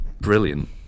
brilliant